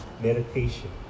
meditation